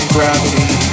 Gravity